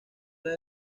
era